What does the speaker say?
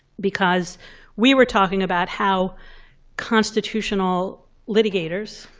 because we were talking about how constitutional litigators,